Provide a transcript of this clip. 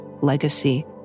legacy